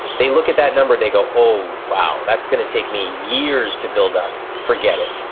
they look at that number, they go, oh. wow. that's gonna take me years to build up. forget it.